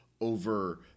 over